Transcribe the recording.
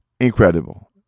Incredible